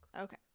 Okay